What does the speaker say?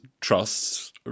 trusts